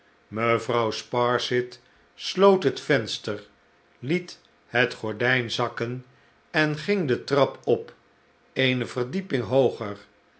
mevrouw sparsit sloot het venster liet het gordijn zakken en ging de trap op eene verdieping hooger